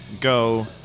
go